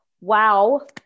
Wow